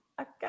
Okay